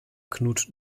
knut